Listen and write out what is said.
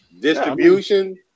distribution